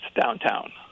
downtown